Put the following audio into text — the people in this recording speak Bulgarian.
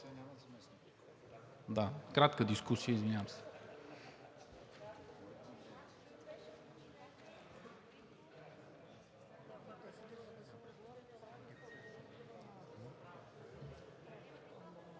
Да, кратка дискусия, извинявам се.